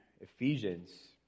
Ephesians